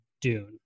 Dune